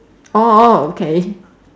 orh orh okay